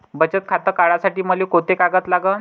बचत खातं काढासाठी मले कोंते कागद लागन?